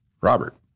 Robert